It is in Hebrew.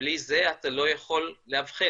ובלי זה אתה לא יכול לאבחן,